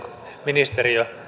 ministeriö